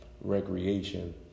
recreation